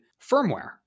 firmware